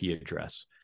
address